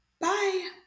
Bye